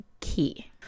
key